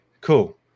cool